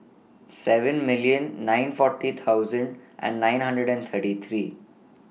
seven million nine forty thousand and nine hundred and thirty three